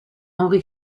henri